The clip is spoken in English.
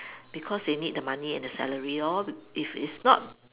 because they need the money and the salary lor if it's not